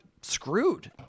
screwed